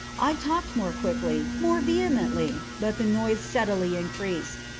i talked more quickly more vehemently but the noise steadily increased.